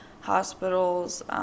hospitals